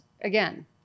Again